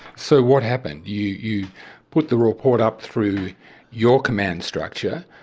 so what happened? you you put the report up through your command structure,